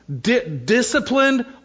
disciplined